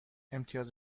امتیاز